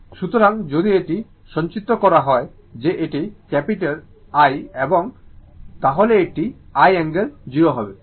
সুতরাং যদি এটি সংজ্ঞায়িত করা হয় যে এটি ক্যাপিটাল I হবে তাহলে এটি I অ্যাঙ্গেল 0 হবে